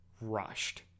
rushed